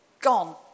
Gone